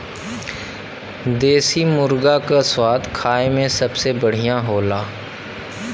देसी मुरगा क स्वाद खाए में सबसे बढ़िया होला